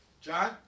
John